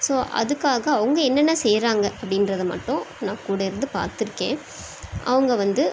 so அதுக்காக அவங்க என்னென்ன செய்கிறாங்க அப்படின்றத மட்டும் நான் கூட இருந்து பார்த்துருக்கேன் அவங்க வந்து